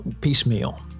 piecemeal